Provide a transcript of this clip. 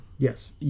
Yes